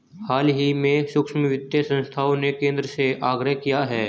हाल ही में सूक्ष्म वित्त संस्थाओं ने केंद्र से आग्रह किया है